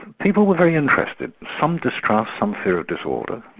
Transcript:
people were very interested, some distrust, some fear of disorder,